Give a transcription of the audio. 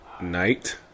night